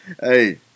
Hey